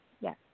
Yes